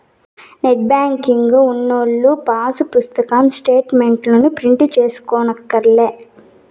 net banking ఉన్నోల్లు pass పుస్తకం స్టేటు మెంట్లుని ప్రింటు తీయించుకోనక్కర్లే